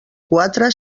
quatre